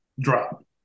drop